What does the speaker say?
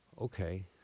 okay